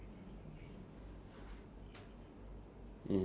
wait we started at three right or three something